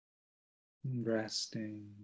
Resting